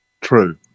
True